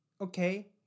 okay